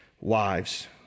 wives